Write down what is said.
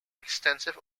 extensive